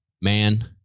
Man